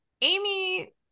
Amy